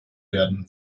werden